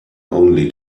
only